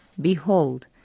behold